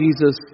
Jesus